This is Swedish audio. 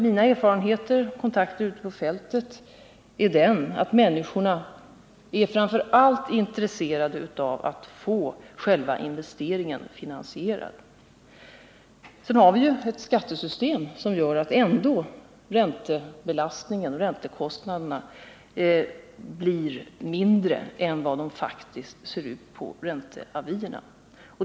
Mina erfarenheter — från kontakter ute på fältet — är att människorna framför allt är intresserade av att få själva Energibesparande investeringen finansierad. Med det skattesystem som vi har blir ändå åtgärder i bostadsräntekostnaderna mindre än vad de faktiskt ser ut att vara på ränteavierna. hus, m.m.